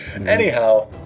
Anyhow